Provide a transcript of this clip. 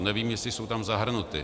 Nevím, jestli jsou tam zahrnuty.